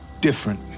different